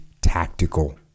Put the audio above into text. tactical